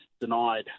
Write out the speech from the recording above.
denied